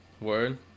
Word